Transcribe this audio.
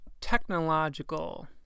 technological